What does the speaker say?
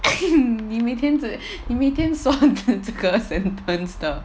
你明天只说的这个 sentence